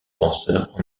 penseur